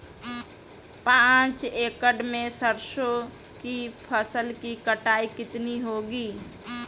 पांच एकड़ में सरसों की फसल की कटाई कितनी होगी?